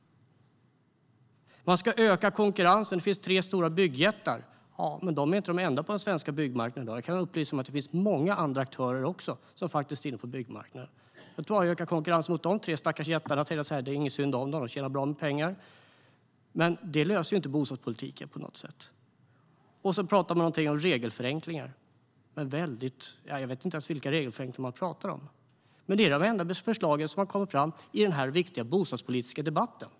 Man ska öka konkurrensen, för det finns tre stora byggjättar. Ja, men de är inte de enda på den svenska byggmarknaden i dag. Jag kan upplysa om att det finns många andra aktörer som är inne på byggmarknaden. Man kan öka konkurrensen mot de tre stackars jättarna och säga: Det är inte synd om dem, de tjänar bra med pengar. Men det löser ju inte bostadspolitiken på något sätt. Sedan pratar man något om regelförenklingar, men jag vet inte ens vilka regelförenklingar man pratar om. Detta är de enda förslagen som har kommit fram från Sverigedemokraterna i den här viktiga bostadspolitiska debatten.